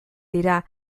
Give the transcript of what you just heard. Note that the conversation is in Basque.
dira